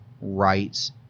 rights